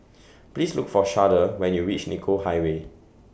Please Look For Sharde when YOU REACH Nicoll Highway